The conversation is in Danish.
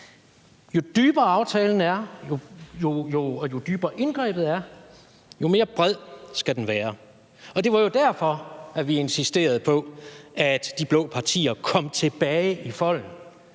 en bred aftale. Jo dybere indgrebet er, jo bredere skal aftalen være. Og det var jo derfor, vi insisterede på, at de blå partier kom tilbage i folden,